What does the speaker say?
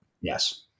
Yes